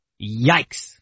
Yikes